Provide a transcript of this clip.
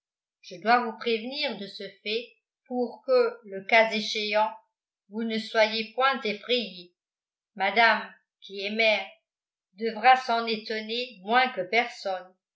je dois vous prévenir de ce fait pour que le cas échéant vous ne soyez point effrayés madame qui est mère devra s'en étonner moins que personne